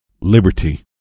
liberty